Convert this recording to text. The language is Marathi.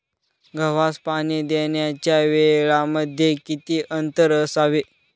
गव्हास पाणी देण्याच्या वेळांमध्ये किती अंतर असावे?